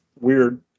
weird